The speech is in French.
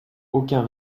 aucun